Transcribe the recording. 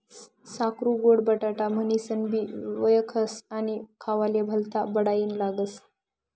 साकरु गोड बटाटा म्हनीनसनबी वयखास आणि खावाले भल्ता बडाईना लागस